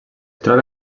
troba